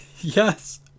yes